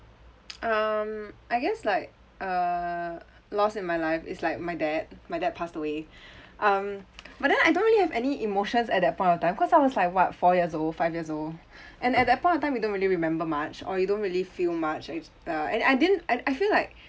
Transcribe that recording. um I guess like err loss in my life is like my dad my dad passed away um but then I don't really have any emotions at that point of time cause I was like what four years old five years old and at that point of time you don't really remember much or you don't really feel much and I didn't I I feel like